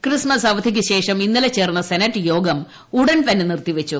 Christmas അവധിക്കുശേഷം ഇന്നലെ ചേർന്ന സെനറ്റ് യോഗം ഉടൻതന്നെ നിർത്തിവെച്ചു